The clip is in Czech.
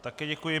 Také děkuji.